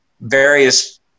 various